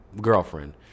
girlfriend